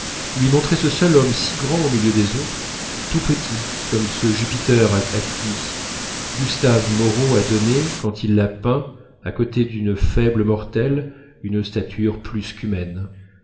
lui montrait ce seul homme si grand au milieu des autres tout petits comme ce jupiter à qui gustave moreau a donné quand il l'a peint à côté d'une faible mortelle une stature plus qu'humaine